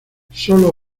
sólo